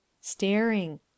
Staring